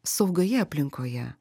saugioje aplinkoje